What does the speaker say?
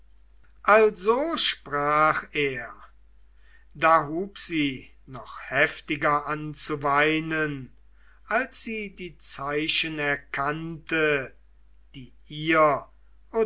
also sprach er da hub sie noch heftiger an zu weinen als sie die zeichen erkannte die ihr